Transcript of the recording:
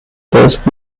those